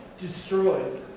destroyed